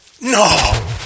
No